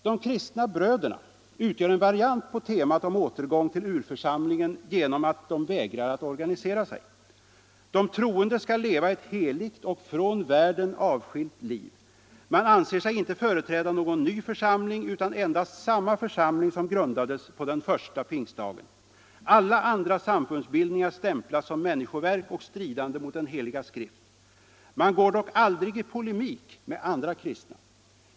De kristna bröderna utgör en variant på temat om återgång till urförsamlingen genom att de vägrar att organisera sig. De troende skall leva ett heligt och från världen avskilt liv. Man anser sig inte företräda någon ny församling utan endast samma församling som grundades på den första pingstdagen. Alla andra samfundsbildningar stämplas som människoverk och stridande mot den heliga skrift. Man går dock aldrig i polemik med andra kristna.